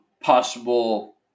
possible